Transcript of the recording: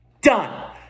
Done